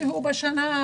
להקים צוותים,